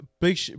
big